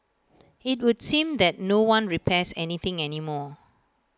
IT would seem that no one repairs any thing any more